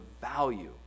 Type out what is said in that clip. value